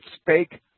spake